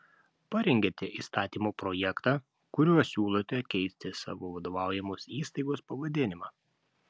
parengėte įstatymo projektą kuriuo siūlote keisti savo vadovaujamos įstaigos pavadinimą